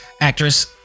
actress